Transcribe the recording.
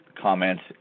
comments